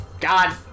God